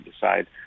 decide